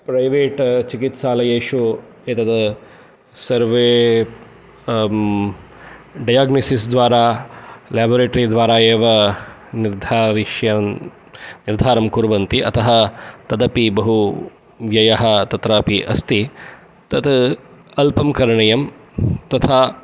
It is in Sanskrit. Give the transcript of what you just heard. प्रैवेट् चिकित्सालयेषु एतद् सर्वे डयाग्नसिस् द्वारा लेबोरेटरि द्वारा एव निर्धारिष्यन् निर्धारं कुर्वन्ति अतः तदपि बहु व्ययः तत्रापि अस्ति तत् अल्पं करणीयम् तथा